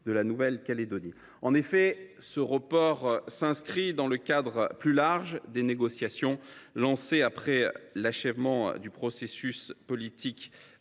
En effet, ce report s’inscrit dans le cadre plus large des négociations lancées après l’achèvement du processus politique